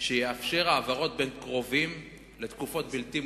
שיאפשר העברות בין קרובים לתקופות בלתי מוגבלות.